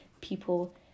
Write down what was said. people